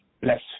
Bless